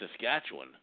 Saskatchewan